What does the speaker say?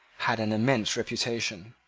had an immense reputation.